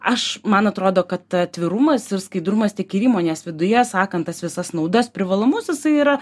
aš man atrodo kad atvirumas ir skaidrumas tiek ir įmonės viduje sakant tas visas naudas privalumus jisai yra